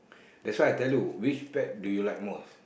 that's why I tell you which pet do you like most